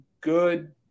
good